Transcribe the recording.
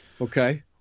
Okay